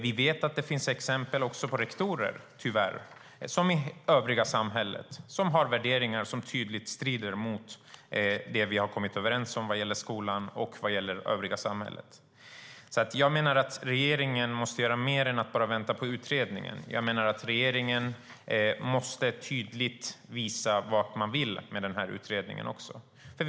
Vi vet att det tyvärr finns rektorer, som övriga i samhället, som har värderingar som tydligt strider mot det vi har kommit överens om vad gäller skolan och vad gäller det övriga samhället. Jag menar att regeringen måste göra mer än bara vänta på utredningen. Regeringen måste tydligt visa vad man vill med utredningen.